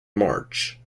march